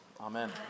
Amen